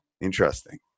Interesting